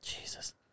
Jesus